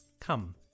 Come